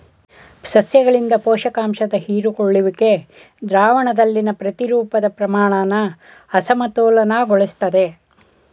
ಸಸ್ಯಗಳಿಂದ ಪೋಷಕಾಂಶದ ಹೀರಿಕೊಳ್ಳುವಿಕೆ ದ್ರಾವಣದಲ್ಲಿನ ಪ್ರತಿರೂಪದ ಪ್ರಮಾಣನ ಅಸಮತೋಲನಗೊಳಿಸ್ತದೆ